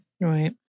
Right